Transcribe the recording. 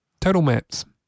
Totalmaps